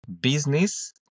business